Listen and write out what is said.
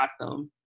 awesome